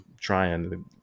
trying